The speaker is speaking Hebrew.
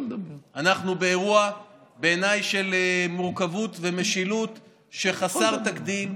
בעיניי אנחנו באירוע של מורכבות ומשילות שהוא חסר תקדים.